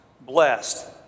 blessed